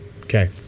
Okay